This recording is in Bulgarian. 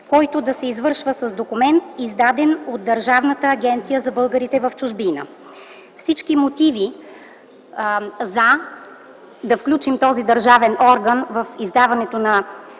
което да се извършва с документ, издаден от Държавната агенция за българите в чужбина. Всички мотиви за включването на този държавен орган в издаването на